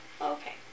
Okay